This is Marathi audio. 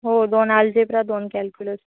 हो दोन आलजेब्रा दोन कॅल्क्युलस